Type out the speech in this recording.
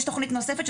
יש תכנית נוספת,